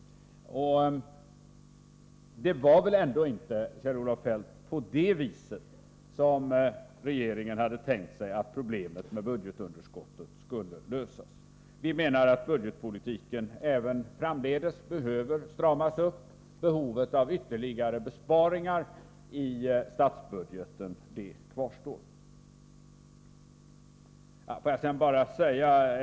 Men det var väl ändå inte på det viset, Kjell-Olof Feldt, som regeringen hade tänkt sig att problemet med budgetunderskottet skulle lösas. Vi menar att budgetpolitiken även framdeles behöver stramas upp. Behovet av ytterligare besparingar i statsbudgeten kvarstår.